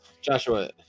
Joshua